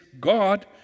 God